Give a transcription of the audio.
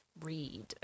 read